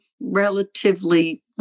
relatively